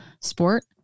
sport